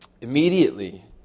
Immediately